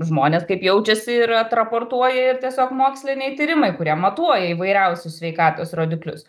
žmonės kaip jaučiasi ir atraportuoja ir tiesiog moksliniai tyrimai kurie matuoja įvairiausius sveikatos rodiklius